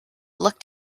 looked